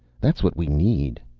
that's what we need.